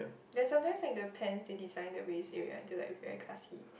then sometimes like the pants they design the waist area until like very classy